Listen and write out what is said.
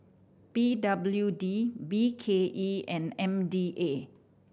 P W D B K E and M D A